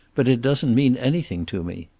but it doesn't mean anything to me.